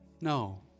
No